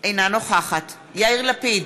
אינה נוכחת יאיר לפיד,